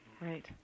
right